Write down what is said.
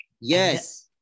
yes